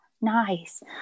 nice